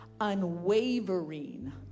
unwavering